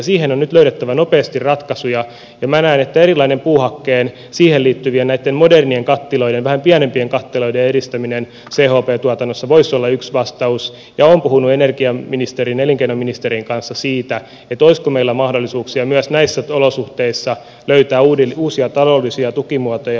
siihen on nyt löydettävä nopeasti ratkaisuja ja minä näen että erilainen puuhakkeeseen liittyvien modernien vähän pienempien kattiloiden edistäminen chp tuotannossa voisi olla yksi vastaus ja olen puhunut energiaministerin elinkei noministerin kanssa siitä olisiko meillä mahdollisuuksia myös näissä olosuhteissa löytää uusia taloudellisia tukimuotoja